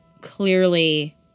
clearly